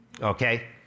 okay